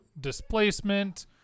displacement